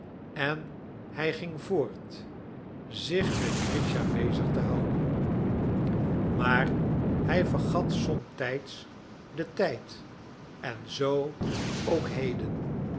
en hij ging voort zich met grischa bezig te houden maar hij vergat somtijds den tijd en zoo ook heden